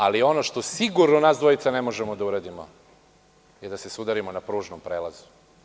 Ali, ono što sigurno da nas dvojica ne možemo da uradimo, jeste da se sudarimo na pružnom prelazu.